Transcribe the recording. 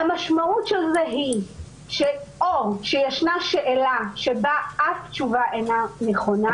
המשמעות של זה היא או שישנה שאלה שבה אף תשובה אינה נכונה,